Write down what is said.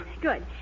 Good